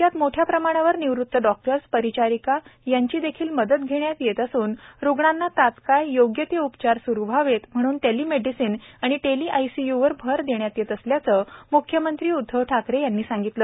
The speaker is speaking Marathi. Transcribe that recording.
राज्यात मोठ्या प्रमाणावर निवृत्त डॉक्टर्स परिचारिका यांची देखील मदत घेण्यात येत असून रुग्णांस तात्काळ योग्य ते उपचार सुरु व्हावेत म्हणून टेलीमेडिसिन व टेली आयसीयूवर भर देण्यात येत असल्याचे म्ख्यमंत्री उदधव ठाकरे यांनी सांगितले